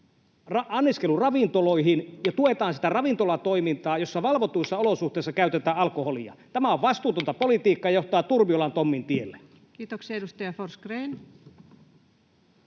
anniskeluravintoloihin ja tuetaan sitä ravintolatoimintaa, että valvotuissa olosuhteissa käytetään alkoholia. Tämä on vastuutonta politiikkaa ja johtaa Turmiolan Tommin tielle. Kiitoksia. — Edustaja Forsgrén.